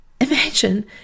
Imagine